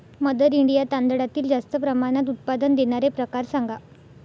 mother India तांदळातील जास्त प्रमाणात उत्पादन देणारे प्रकार सांगा